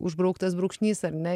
užbrauktas brūkšnys ar ne